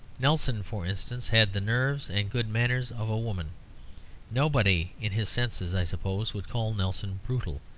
nelson, for instance, had the nerves and good manners of a woman nobody in his senses, i suppose, would call nelson brutal.